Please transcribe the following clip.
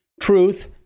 Truth